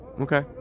Okay